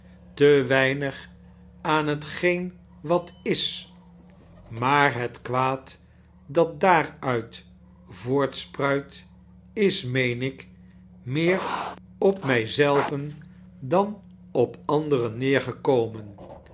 te weinig aan hetgeen wat is maar het kwaad dat daarudt voortspruit is meen ik meer op mij zelven dan op anderen